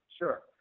Sure